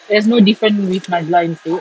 there's no different with najlah instead